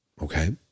okay